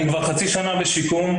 אני כבר חצי שנה בשיקום,